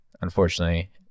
unfortunately